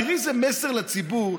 תראי איזה מסר לציבור.